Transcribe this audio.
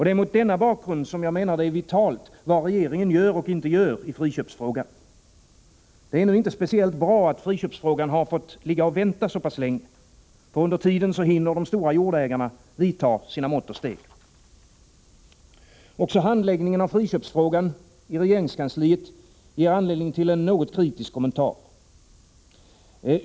Det är mot denna bakgrund vitalt vad regeringen gör och inte gör i friköpsfrågan. Det är inte speciellt bra att friköpsfrågan får ligga och vänta så länge. Under tiden hinner de stora jordägarna vidta sina mått och steg. Också handläggningen av friköpsfrågan i regeringskansliet ger anledning till en kritisk kommentar.